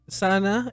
sana